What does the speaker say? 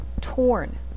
torn